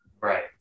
Right